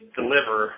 deliver